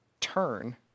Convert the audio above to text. turn